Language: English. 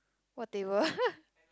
what table